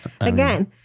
Again